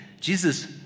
Jesus